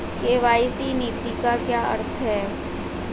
KYC नीति का क्या अर्थ है?